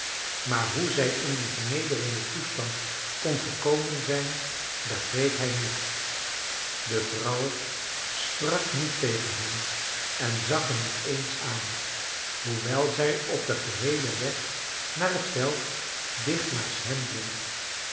maar hoe zij in dien vernederden toestand kon gekomen zijn begreep hij niet de vrouw sprak niet tegen hem en zag hem niet eens aan hoewel zij op den geheelen weg naar het veld dicht naast hem bleef